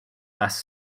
last